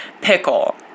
pickle